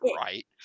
right